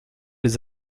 les